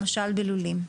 למשל בלולים,